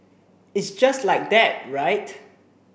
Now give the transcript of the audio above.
it's just like that right